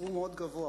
הוא מאוד גבוה